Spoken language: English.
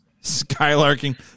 Skylarking